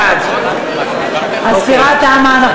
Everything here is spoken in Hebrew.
בעד ההצבעה תמה.